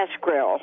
grill